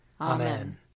Amen